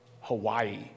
Hawaii